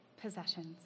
possessions